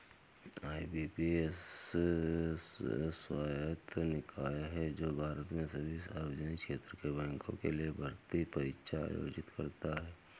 IBPS स्वायत्त निकाय है जो भारत में सभी सार्वजनिक क्षेत्र के बैंकों के लिए भर्ती परीक्षा आयोजित करता है